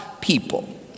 people